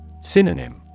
Synonym